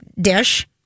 dish